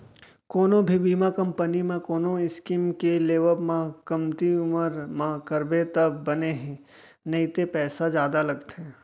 कोनो भी बीमा कंपनी म कोनो स्कीम के लेवब म कमती उमर म करबे तब बने हे नइते पइसा जादा लगथे